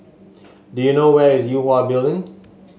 do you know where is Yue Hwa Building